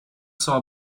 saw